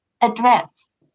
address